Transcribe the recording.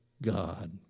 God